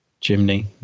chimney